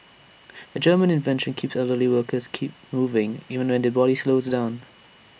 A German invention keep elderly workers keep moving even when their body slows down